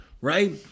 right